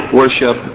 worship